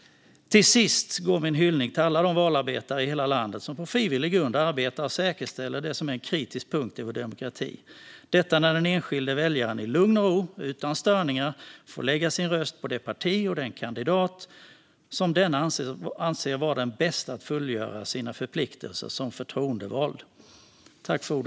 Till sist går min hyllning till alla de valarbetare i hela landet som på frivillig grund arbetar för att säkerställa det som är en kritisk punkt i vår demokrati: att den enskilde väljaren i lugn och ro och utan störningar får lägga sin röst på sitt parti och på den kandidat som denne anser vara den bäste att fullgöra förpliktelserna som förtroendevald.